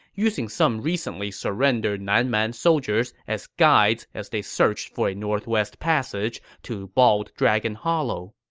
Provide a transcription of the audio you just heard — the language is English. using some recently surrendered nan man soldiers as guides as they searched for a northwest passage to bald dragon hollow.